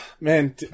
man